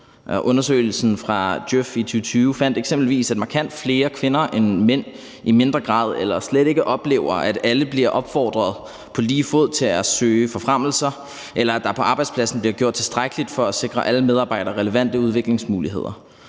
undersøgelsen fra Djøf i 2020 fandt eksempelvis, at markant flere kvinder end mænd i mindre grad eller slet ikke oplever, at alle bliver opfordret på lige fod til at søge forfremmelse, eller at der på arbejdspladsen bliver gjort tilstrækkeligt for at sikre alle medarbejdere relevante udviklingsmuligheder.